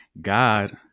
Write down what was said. God